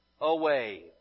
away